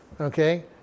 Okay